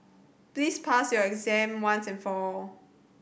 please pass your exam once and for all